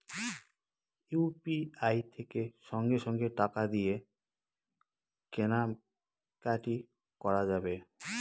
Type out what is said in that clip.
UPI থেকে সঙ্গে সঙ্গে টাকা দিয়ে কেনা কাটি করা যাবে